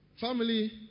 Family